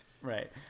Right